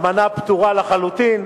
האלמנה פטורה לחלוטין,